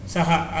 Saha